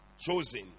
chosen